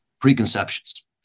preconceptions